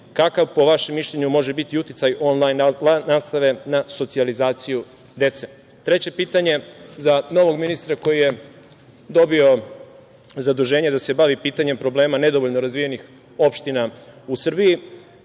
kakav, po vašem mišljenju, može biti uticaj onlajn nastave na socijalizaciju dece? Treće pitanje za novog ministra koji je dobio zaduženje da se bavi pitanjem problema nedovoljno razvijenih opština u Srbiji